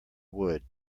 wood